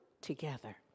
together